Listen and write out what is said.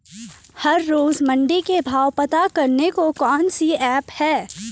हर रोज़ मंडी के भाव पता करने को कौन सी ऐप है?